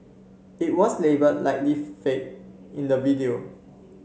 it was labelled Likely Fake in the video